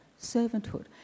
servanthood